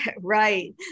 Right